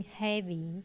heavy